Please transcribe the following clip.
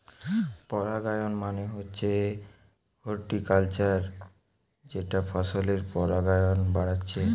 পরাগায়ন মানে হচ্ছে হর্টিকালচারে যেটা ফসলের পরাগায়ন বাড়াচ্ছে